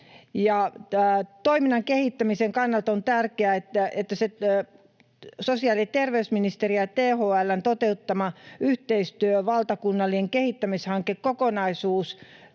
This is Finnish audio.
Toiminnan kehittämisen kannalta on tärkeää, että sosiaali- ja terveysministeriön ja THL:n yhteistyönä toteutetaan valtakunnallinen kehittämishankekokonaisuus,